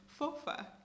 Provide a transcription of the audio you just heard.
fofa